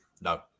no